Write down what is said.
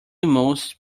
most